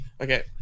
Okay